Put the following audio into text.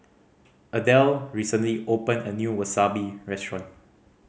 Adell recently opened a new Wasabi Restaurant